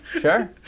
sure